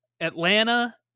Atlanta